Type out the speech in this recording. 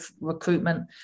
recruitment